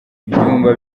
byumba